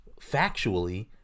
factually